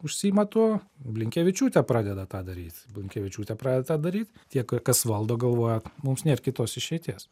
užsiima tuo blinkevičiūtė pradeda tą daryt blinkevičiūtė pradeda tą daryt tie ka kas valdo galvoja mums nėr kitos išeities